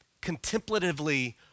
contemplatively